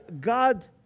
God